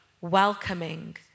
welcoming